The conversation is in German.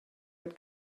mit